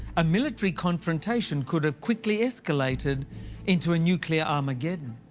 a military confrontation could've quickly escalated into a nuclear armageddon.